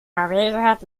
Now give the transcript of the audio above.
gehört